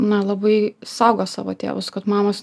na labai saugo savo tėvus kad mamos